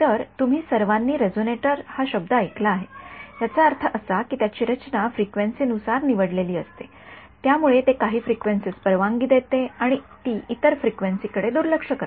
तर तुम्ही सर्वांनी रेझोनेटर हा शब्द ऐकला आहे याचा अर्थ असा की त्याची रचना फ्रिक्वेन्सीनुसार निवडलेली असते ज्यामुळे ते काही फ्रिक्वेन्सीस परवानगी देते आणि ती इतर फ्रिक्वेन्सीकडे दुर्लक्ष करते